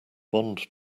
bond